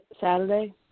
Saturday